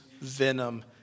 Venom